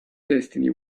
destiny